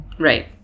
right